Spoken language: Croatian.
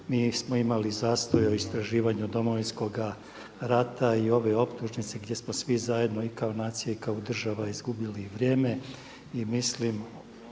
mi smo imali zastoj u istraživanju Domovinskoga rata i ove optužnice gdje smo svi zajedno i kao nacija i kao država izgubili vrijeme. I mislim